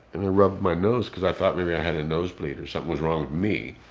and i rubbed my nose because i thought maybe i had a nosebleed or something was wrong me.